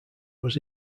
was